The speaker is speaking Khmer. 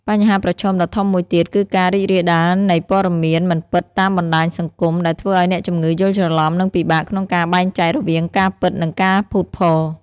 បញ្ហាប្រឈមដ៏ធំមួយទៀតគឺការរីករាលដាលនៃព័ត៌មានមិនពិតតាមបណ្តាញសង្គម ដែលធ្វើឱ្យអ្នកជំងឺយល់ច្រឡំនិងពិបាកក្នុងការបែងចែករវាងការពិតនិងការភូតភរ។